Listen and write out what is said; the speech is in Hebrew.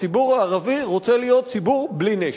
הציבור הערבי רוצה להיות ציבור בלי נשק.